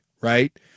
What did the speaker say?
right